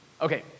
Okay